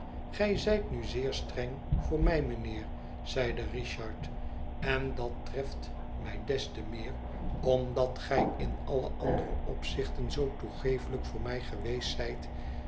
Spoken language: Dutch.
gij zijt nu zeer streng voor mij mijnheer zeide richard en dat treft mij des te meer omdat gij in alle andere opzichten zoo toegeeflijk voor mij geweest zijt